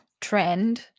trend